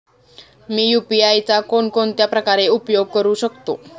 मी UPI चा कोणकोणत्या प्रकारे उपयोग करू शकतो?